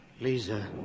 Lisa